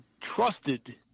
trusted